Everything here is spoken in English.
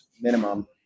minimum